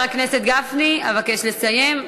חבר הכנסת גפני, אבקש לסיים.